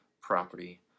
property